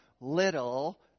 little